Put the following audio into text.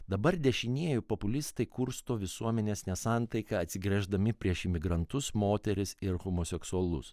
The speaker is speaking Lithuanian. dabar dešinieji populistai kursto visuomenės nesantaiką atsigręždami prieš imigrantus moteris ir homoseksualus